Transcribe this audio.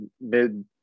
mid